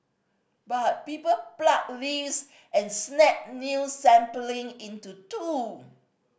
but people pluck leaves and snap new sapling into two